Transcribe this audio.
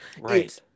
Right